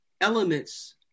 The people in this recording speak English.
elements